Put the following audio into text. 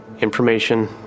information